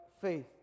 faith